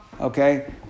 okay